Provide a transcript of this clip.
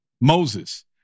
Moses